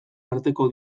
arteko